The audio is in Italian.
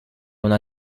una